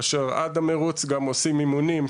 כאשר עד המרוץ עושים אימונים,